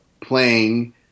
playing